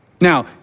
Now